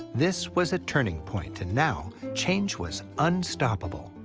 this was a turning point, and now, change was unstoppable.